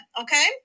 Okay